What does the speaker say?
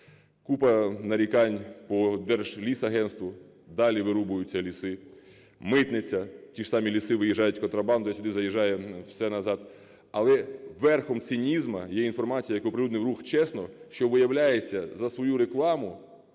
Купа нарікань по Держлісагентству: далі вирубуються ліси. Митниця: ті ж самі ліси виїжджають контрабандою, а сюди заїжджає все назад. Але верхом цинізму є інформація, яку оприлюднив рух ЧЕСНО, що, виявляється за свою рекламу